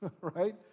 right